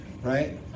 Right